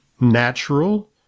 natural